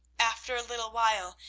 after a little while,